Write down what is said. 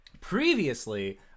previously